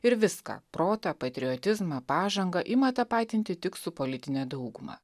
ir viską protą patriotizmą pažangą ima tapatinti tik su politine dauguma